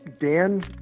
dan